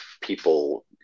people